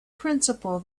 principle